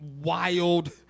wild